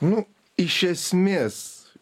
nu iš esmės